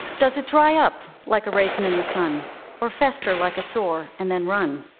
does it dry up like a raisin in the sun or fester like a sore and then run?